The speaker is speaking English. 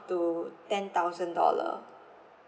to ten thousand dollar